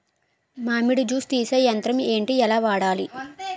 మామిడి జూస్ తీసే యంత్రం ఏంటి? ఎలా వాడాలి?